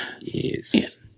Yes